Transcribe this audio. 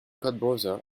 codebrowser